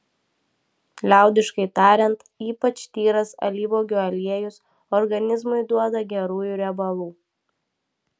liaudiškai tariant ypač tyras alyvuogių aliejus organizmui duoda gerųjų riebalų